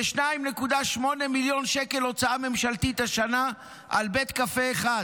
זה 2.8 מיליון שקל הוצאה ממשלתית השנה על בית קפה אחד.